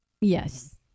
Yes